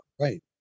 right